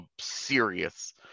serious